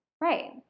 Right